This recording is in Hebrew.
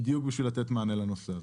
בדיוק בשביל לתת מענה לנושא הזה.